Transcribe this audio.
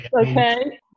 Okay